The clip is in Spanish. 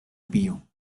pío